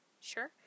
sure